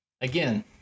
Again